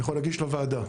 אני יכול להגיש לוועדה,